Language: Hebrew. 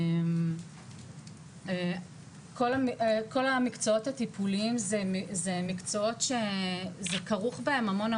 כל המקצועות הטיפוליים כרוך בהם המון,